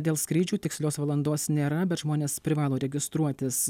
dėl skrydžių tikslios valandos nėra bet žmonės privalo registruotis